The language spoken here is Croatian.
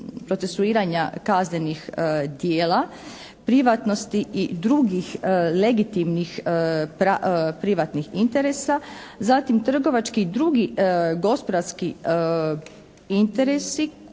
procesuiranja kaznenih djela, privatnosti i drugih legitimnih privatnih interesa. Zatim, trgovački i drugi gospodarski interesi